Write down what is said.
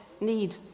need